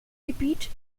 gebiet